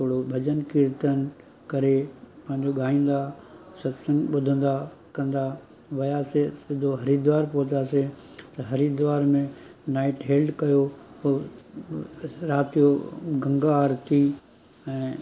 थोरो भॼन कीर्तन करे पंहिंजो ॻाईंदा सत्संग ॿुधंदा कंदा वियासीं सिधो हरिद्वार पहुतासीं त हरिद्वार में नाइट हेल्ड कयो पोइ राति जो गंगा आरिती ऐं